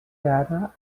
ara